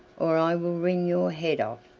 or i will wring your head off,